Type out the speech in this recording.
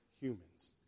humans